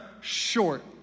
short